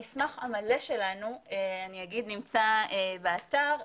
המסמך המלא שלנו נמצא באתר,